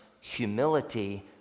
humility